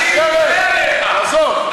שטרן, עזוב.